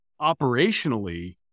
operationally